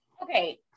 okay